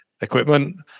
equipment